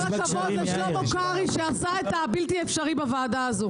לשלמה קרעי שעשה את הבלתי אפשרי בוועדה הזאת.